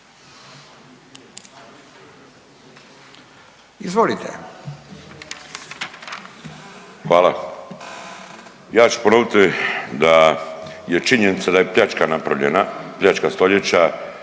(MOST)** Hvala. Ja ću ponoviti da je činjenica da je pljačka napravljena, pljačka stoljeća